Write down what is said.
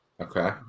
Okay